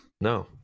No